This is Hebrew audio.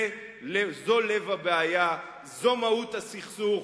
זה לב הבעיה, זו מהות הסכסוך.